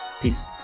Peace